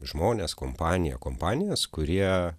žmones kompaniją kompanijas kurie